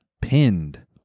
pinned